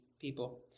people